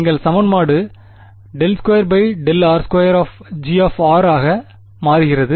எங்கள் சமன்பாடு ∂2∂r2G ஆக மாறுகிறது